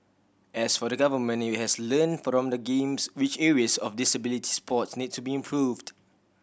as for the Government it will has learnt from the Games which areas of disability sports need to be improved